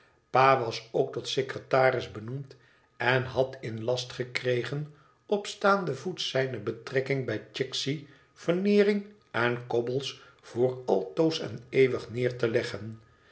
pa was ook tot secretaris benoemd en had in last gekregen op staanden voet zijne betrekking bij chicksey veneering en cobbles voor altoos en euwig neer te leggen